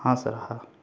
हां सर हां